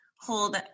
hold